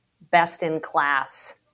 best-in-class